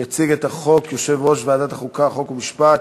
יציג את החוק יושב-ראש ועדת החוקה, חוק ומשפט